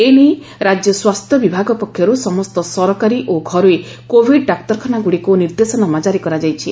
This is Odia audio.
ଏନେଇ ରାଜ୍ୟ ସ୍ୱାସ୍ଥ୍ୟ ବିଭାଗ ପକ୍ଷରୁ ସମସ୍ତ ସରକାରୀ ଓ ଘରୋଇ କୋଭିଡ୍ ଡାକ୍ତରଖାନାଗୁଡ଼ିକୁ ନିର୍ଦ୍ଦେଶନାମା କାରି କରାଯାଇଛି